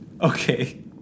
Okay